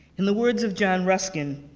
in the words of john ruskin,